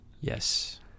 Yes